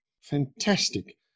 Fantastic